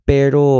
Pero